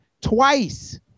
twice